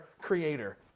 creator